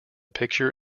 picture